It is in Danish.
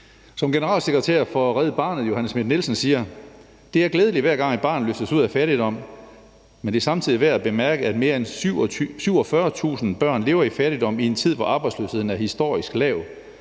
Som generalsekretær for Red Barnet Johanne Schmidt-Nielsen siger: »Det er glædeligt, hver gang et barn løftes ud af fattigdom, men det er samtidig værd at bemærke, at mere end 47.000 børn lever i fattigdom i en tid, hvor arbejdsløsheden er historisk lav.